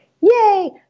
yay